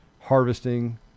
harvesting